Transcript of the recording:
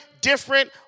different